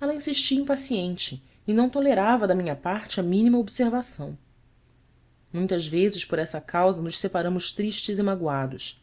ela insistia impaciente e não tolerava da minha parte a mínima observação muitas vezes por essa causa nos separamos tristes e magoados